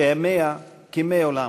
שימיה כימי עולם: